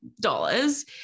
dollars